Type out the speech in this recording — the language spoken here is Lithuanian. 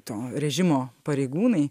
to režimo pareigūnai